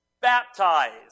baptized